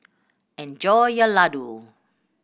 enjoy your laddu